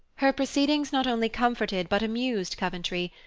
her proceedings not only comforted but amused coventry,